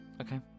Okay